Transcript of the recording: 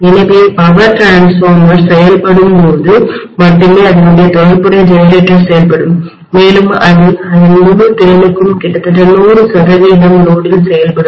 எனவே பவர் டிரான்ஸ்ஃபார்மர்மின்மாற்றிகள் செயல்படும்போது மட்டுமே அதனோடு தொடர்புடைய ஜெனரேட்டர் செயல்படும் மேலும் அது அதன் முழு திறனுக்கும் கிட்டத்தட்ட 100 சதவீதம் லோடில் செயல்படும்